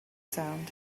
sound